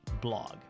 blog